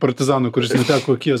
partizaną kuris neteko akies